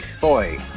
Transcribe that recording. Boy